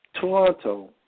Toronto